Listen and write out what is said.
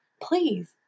Please